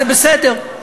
זה בסדר.